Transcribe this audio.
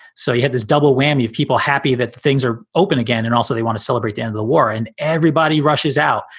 so you have this double whammy of people happy that things are open again. and also, they want to celebrate the end of the war and everybody rushes out.